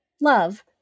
Love